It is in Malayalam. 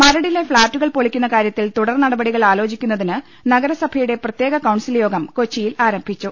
മരടിലെ ്ഫ്ളാറ്റുകൾ പൊളിക്കുന്ന കാര്യത്തിൽ തുടർനടപടികൾ ആലോചിക്കുന്നതിന് നഗരസഭയുടെ പ്രത്യേക കൌൺസിൽ യോഗം കൊച്ചിയിൽ ആരംഭിച്ചു